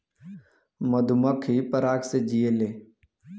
मधुमक्खी पराग से जियेले